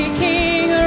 king